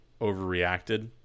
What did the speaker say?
overreacted